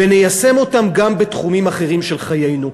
וניישם אותו גם בתחומים אחרים של חיינו,